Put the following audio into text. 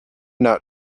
not